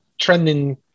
trending